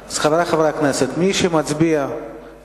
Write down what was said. אז, חברי חברי הכנסת אם הם רוצים ועדה,